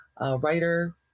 writer